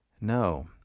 No